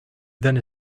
then